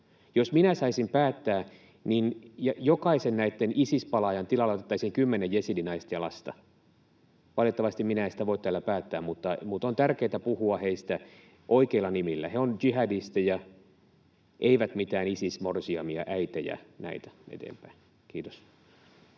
Jos minä saisin päättää, niin jokaisen Isis-palaajan tilalle otettaisiin kymmenen jesidinaista ja ‑lasta. Valitettavasti en sitä voi täällä päättää, mutta on tärkeätä puhua heistä oikeilla nimillä: he ovat jihadisteja, eivät mitään Isis-morsiamia, -äitejä ja näin edespäin. — Kiitos.